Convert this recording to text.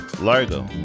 largo